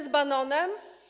Z Bannonem?